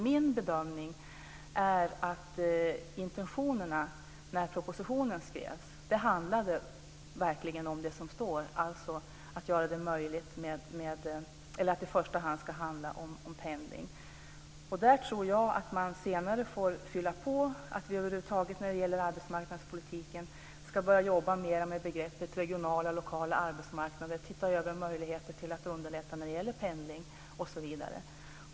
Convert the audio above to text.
Min bedömning är att intentionerna när propositionen skrevs verkligen är att det i första hand ska handla om pendling. Där tror jag att man senare får fylla på och att vi över huvud taget när det gäller arbetsmarknadspolitiken ska börja jobba mer med begreppet regionala och lokala arbetsmarknader och se över möjligheterna att underlätta pendling osv.